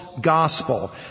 gospel